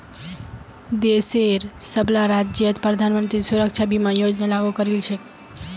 देशेर सबला राज्यत प्रधानमंत्री सुरक्षा बीमा योजना लागू करील छेक